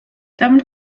damit